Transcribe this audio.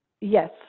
Yes